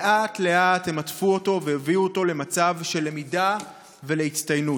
לאט-לאט הם עטפו אותו והביאו אותו למצב של למידה והצטיינות.